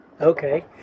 Okay